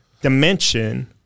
dimension